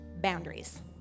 boundaries